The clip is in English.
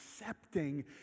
accepting